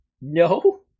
No